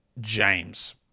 James